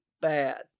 bad